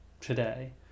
today